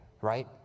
right